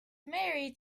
married